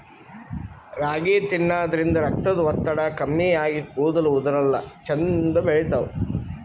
ರಾಗಿ ತಿನ್ನದ್ರಿನ್ದ ರಕ್ತದ್ ಒತ್ತಡ ಕಮ್ಮಿ ಆಗಿ ಕೂದಲ ಉದರಲ್ಲಾ ಛಂದ್ ಬೆಳಿತಾವ್